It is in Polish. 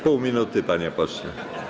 Pół minuty, panie pośle.